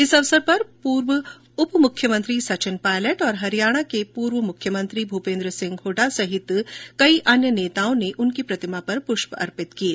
इस अवसर पर पूर्व उप मुख्यमंत्री सचिन पायलट और हरियाणा के पूर्व मुख्यमत्री भूपेन्द्र सिंह हुड्डा सहित कई अन्य नेताओं ने उनकी प्रतिमा पर पुष्य अर्पित किये